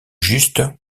juste